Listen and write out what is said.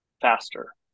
faster